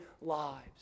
lives